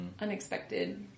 unexpected